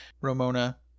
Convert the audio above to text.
Ramona